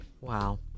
Wow